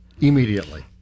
immediately